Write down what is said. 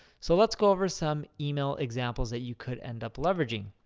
so let's go over some email examples that you could end up leveraging.